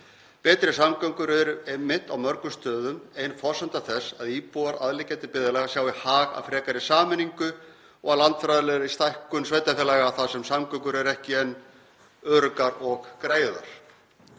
Betri samgöngur eru einmitt á mörgum stöðum ein forsenda þess að íbúar aðliggjandi byggðarlaga sjái hag í frekari sameiningu og landfræðilegri stækkun sveitarfélaga þar sem samgöngur eru ekki enn öruggar og greiðar,